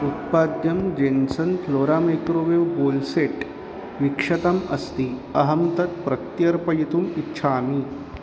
उत्पाद्यं Jensen Flora microwave bowl set विक्षतम् अस्ति अहं तत् प्रत्यर्पयितुम् इच्छामि